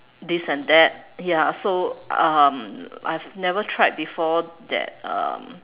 this and that ya so um I've never tried before that um